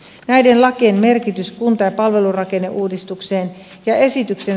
näiden lakien merkitys kunta ja palvelurakenneuudistukseen ja esityksen